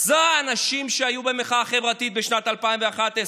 אלו האנשים שהיו במחאה החברתית בשנת 2011,